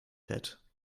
fett